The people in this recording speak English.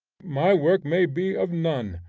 my work may be of none,